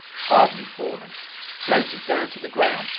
hardly fallen floated down to the ground,